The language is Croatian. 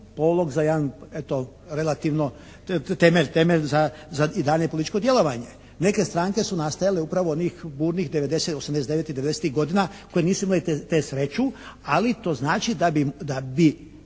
polog za jedan eto relativno, temelj za i dalje političko djelovanje. Neke stranke su nastajale upravo onih '90.-ih, '89.-ih, '90.-ih godina koje nisu imale tu sreću. Ali to znači da bi